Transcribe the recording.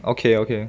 okay okay